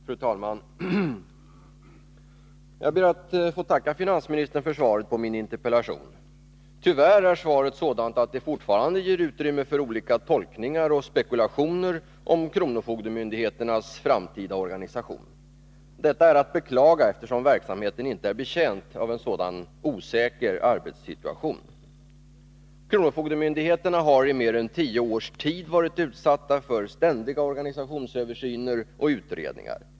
Fru talman! Jag ber att få tacka finansministern för svaret på min interpellation. Tyvärr är svaret sådant att det fortfarande finns utrymme för olika tolkningar och spekulationer om kronofogdemyndigheternas framtida organisation. Detta är att beklaga, eftersom verksamheten inte är betjänt av en sådan osäker arbetssituation. Kronofogdemyndigheterna har i mer än tio års tid varit utsatta för ständiga organisationsöversyner och utredningar.